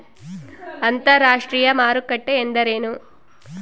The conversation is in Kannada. ಅಂತರಾಷ್ಟ್ರೇಯ ಮಾರುಕಟ್ಟೆ ಎಂದರೇನು?